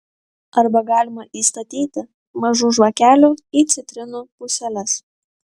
arba galima įstatyti mažų žvakelių į citrinų puseles